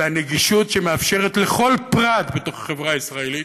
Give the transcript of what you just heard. והנגישות שמאפשרת לכל פרט בתוך החברה הישראלית,